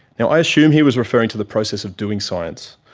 now i assume he was referring to the process of doing science,